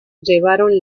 llevaron